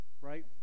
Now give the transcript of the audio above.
Right